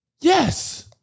Yes